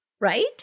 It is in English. right